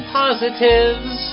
positives